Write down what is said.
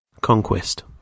Conquest